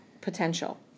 potential